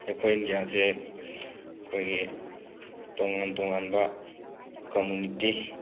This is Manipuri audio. ꯑꯩꯈꯣꯏ ꯏꯟꯗꯤꯌꯥꯁꯦ ꯑꯩꯈꯣꯏꯒꯤ ꯇꯣꯉꯥꯟ ꯇꯣꯉꯥꯟꯕ ꯀꯝꯃꯨꯅꯤꯇꯤ